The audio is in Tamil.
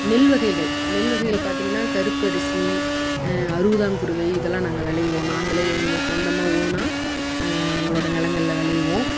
நெல்வகைகள் நெல்வகைகள் பார்த்திங்கனா கருப்பு அரிசி அறுவதாங்குருவை இதெல்லாம் நாங்கள் விளையிவோம் நாங்களே எங்கள் சொந்தமா ஓனா எங்களோடய நிலங்கள்ல விளையிவோம்